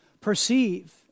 perceive